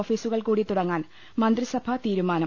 ഓഫീസുകൾകൂടി തുടങ്ങാൻ മന്ത്രിസഭാ തീരുമാനം